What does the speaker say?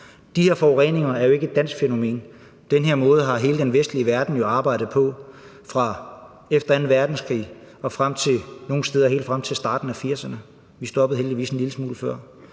De her forureninger er jo ikke et dansk fænomen; den her måde har hele den vestlige verden jo arbejdet på fra efter anden verdenskrig og nogle steder helt frem til starten af 1980'erne – vi stoppede heldigvis en lille smule før.